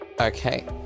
Okay